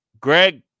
Greg